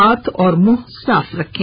हाथ और मुंह साफ रखें